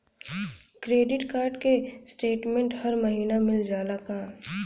Credit card क statement हर महिना मिल जाला का?